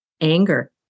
anger